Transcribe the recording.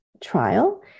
trial